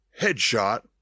Headshot